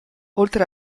oltre